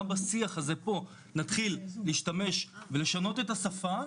בשיח הזה פה נתחיל להשתמש ולשנות את השפה,